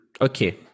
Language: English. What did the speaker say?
Okay